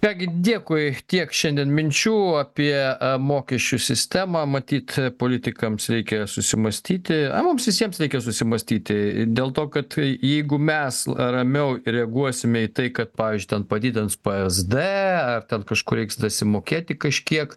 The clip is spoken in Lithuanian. ką gi dėkui tiek šiandien minčių apie mokesčių sistemą matyt politikams reikia susimąstyti a mums visiems reikia susimąstyti dėl to kad jeigu mes ramiau reaguosime į tai kad pavyzdžiui ten padidins psd ar ten kažkur reiks dasimokėti kažkiek